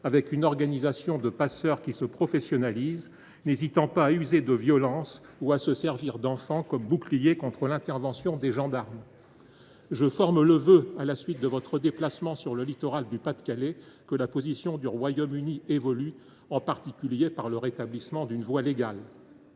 avec une organisation de passeurs qui se professionnalise, n’hésitant pas à user de violence ou à se servir d’enfants comme boucliers contre l’intervention des gendarmes. Je forme le vœu, à la suite de votre déplacement sur le littoral du Pas de Calais, que la position du Royaume Uni évolue, en particulier par le rétablissement d’une voie légale